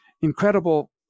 incredible